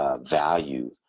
value